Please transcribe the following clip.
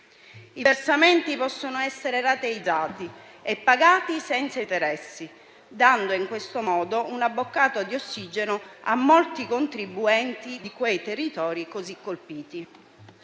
I versamenti possono essere rateizzati e pagati senza interessi, dando in questo modo una boccata di ossigeno a molti contribuenti di quei territori così colpiti.